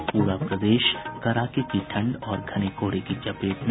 और पूरा प्रदेश कड़ाके की ठंड और घने कोहरे की चपेट में